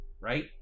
right